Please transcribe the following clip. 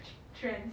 trends